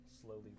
slowly